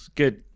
good